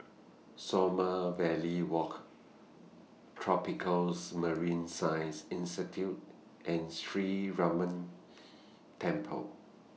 Sommerville Walk Tropicals Marine Science Institute and Sree Ramar Temple